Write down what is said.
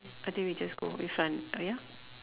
I think we just go in front uh ya